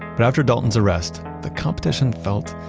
but after dalton's arrest, the competition felt,